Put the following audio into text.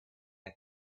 had